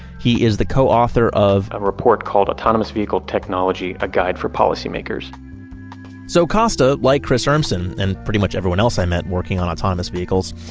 he is the coauthor of, a report called autonomous vehicle technology a guide for policymakers so costa, like chris urmson and pretty much everyone else i met working on autonomous vehicles,